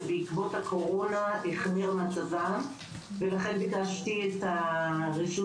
בעקבות הקורונה מצבם הוחמר מצבם ולכן ביקשתי את רשות